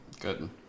Good